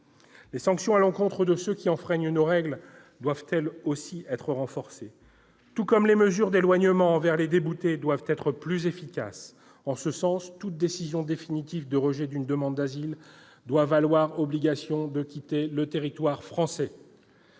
Les sanctions à l'encontre de ceux qui enfreignent nos règles doivent être renforcées, et les mesures d'éloignement envers les déboutés doivent être plus efficaces. En ce sens, toute décision définitive de rejet d'une demande d'asile doit valoir obligation de quitter le territoire français.